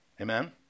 Amen